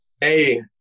Hey